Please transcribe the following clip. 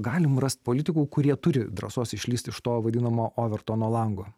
galim rast politikų kurie turi drąsos išlįst iš to vadinamo overtono lango